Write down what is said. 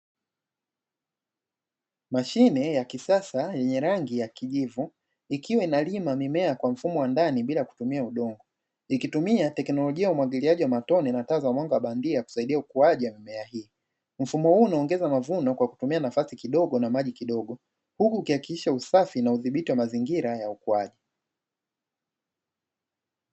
Mashine ya kisasa yenye rangi ya kijivu, ikiwa inalima mimea kwa mfumo wa ndani bila kutumia udongo, ikitumia teknolojia ya umwagiliaji wa matone na taa za mwanga wa bandia kusaidia ukuaji wa mimea hii. Mfumo huu unaongeza mavuno kwa kutumia nafasi kidogo na maji kidogo, huku ukihakikisha usafi na udhibiti wa mazingira ya ukuaji.